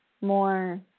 more